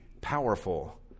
powerful